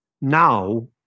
now